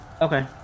okay